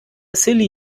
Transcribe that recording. silly